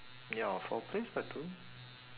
ya for place I don't